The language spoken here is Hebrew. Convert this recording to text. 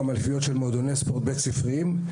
אליפויות של מועדוני ספורט בית-ספריים,